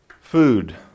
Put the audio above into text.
Food